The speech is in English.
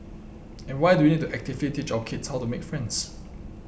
and why do we need to actively drop kids how to make friends